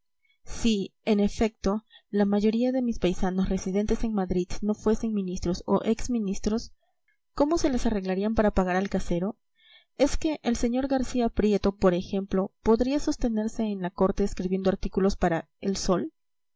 si en efecto la mayoría de mis paisanos residentes en madrid no fuesen ministros o ex ministros cómo se las arreglarían para pagar al casero es que el sr garcía prieto por ejemplo podría sostenerse en la corte escribiendo artículos para el sol